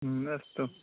अस्तु